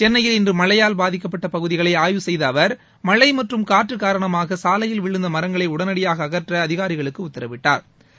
சென்னையில் இன்று மழையால் பாதிக்கப்பட்ட பகுதிகளை ஆய்வு செய்த அவர் மழை மற்றும் காற்று காரணமாக சாலையில் விழுந்த மரங்களை உடனடியாக அகற்ற அதிகாரிகளுக்கு உத்தரவிட்டாா்